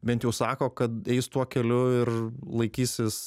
bent jau sako kad eis tuo keliu ir laikysis